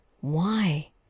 Why